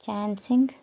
चैन सिंह